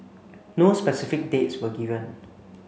no specific dates were given